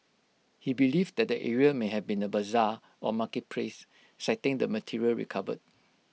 he believed that the area may have been A Bazaar or marketplace citing the material recovered